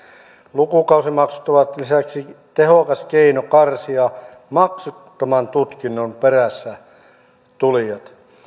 lukukausimaksut ovat lisäksi tehokas keino karsia maksuttoman tutkinnon perässä tulijat